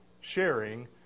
sharing